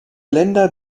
länder